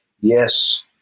yes